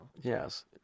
Yes